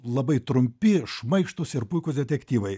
labai trumpi šmaikštūs ir puikūs detektyvai